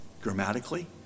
Grammatically